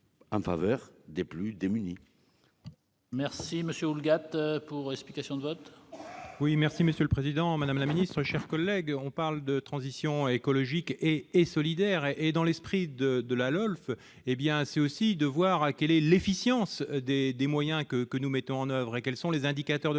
en faveur des plus démunis.